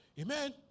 Amen